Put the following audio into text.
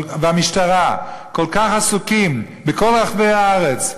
והמשטרה, כל כך עסוקים בכל רחבי הארץ.